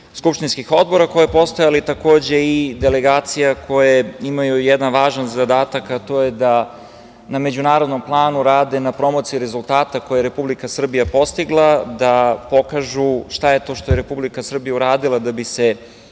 skupštinskih odbora koja je postojala takođe i delegacija koje imaju jedan važan zadatak, a to je da na međunarodnom planu rade, na promociji rezultata koje je Republika Srbija postigla, da pokažu šta je to što je Republika Srbija uradila da bi se